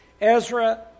Ezra